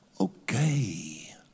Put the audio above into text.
Okay